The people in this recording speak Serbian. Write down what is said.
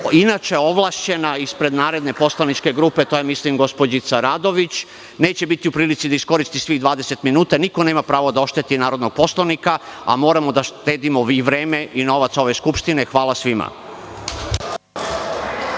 inače ovlašćena ispred naredne poslaničke grupe, to je mislim gospođica Radović, neće biti u prilici da iskoristi svih 20 minuta. Niko nema pravo da ošteti narodnog poslanika, a moramo da štedimo i vreme i novac ove skupštine. Hvala svima.